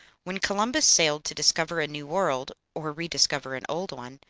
when columbus sailed to discover a new world, or re-discover an old one,